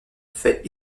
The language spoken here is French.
fait